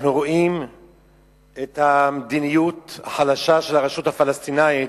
אנחנו רואים את המדיניות החלשה של הרשות הפלסטינית,